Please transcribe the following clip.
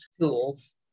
tools